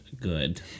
good